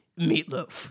Meatloaf